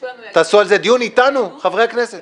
תעשו על זה דיון איתנו, חברי הכנסת.